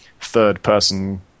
third-person